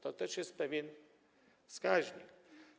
To też jest pewien wskaźnik.